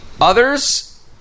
others